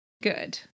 Good